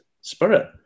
spirit